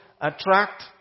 attract